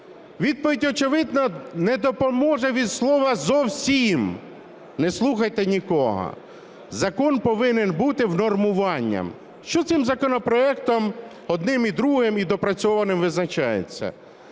Відповідь очевидна: не допоможе від слова "зовсім", не слухайте нікого. Закон повинен бути внормуванням. Що цим законопроектом, одним і другим, і допрацьованим визначається?